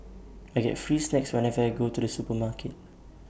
I get free snacks whenever I go to the supermarket